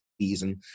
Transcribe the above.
season